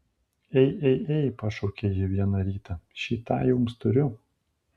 ei ei ei pašaukė ji vieną rytą šį tą jums turiu